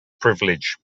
privilege